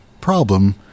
problem